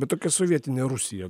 bet tokia sovietinė rusija